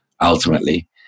ultimately